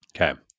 okay